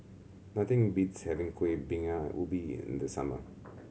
nothing beats having Kuih Bingka Ubi in the summer